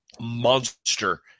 monster